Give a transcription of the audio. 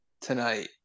tonight